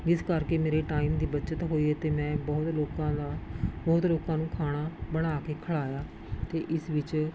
ਜਿਸ ਕਰਕੇ ਮੇਰੇ ਟਾਈਮ ਦੀ ਬੱਚਤ ਹੋਈ ਅਤੇ ਮੈਂ ਬਹੁਤ ਲੋਕਾਂ ਦਾ ਬਹੁਤ ਲੋਕਾਂ ਨੂੰ ਖਾਣਾ ਬਣਾ ਕੇ ਖਿਲਾਇਆ ਅਤੇ ਇਸ ਵਿੱਚ